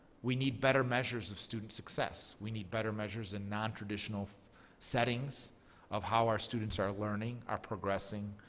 we need better measures of student success. we need better measures in nontraditional settings of how our students are learning, are progressing,